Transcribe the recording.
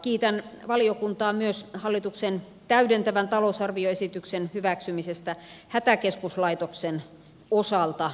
kiitän valiokuntaa myös hallituksen täydentävän talousarvioesityksen hyväksymisestä hätäkeskuslaitoksen osalta